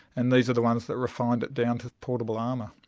and these are the ones that refined it down to portable armour.